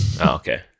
okay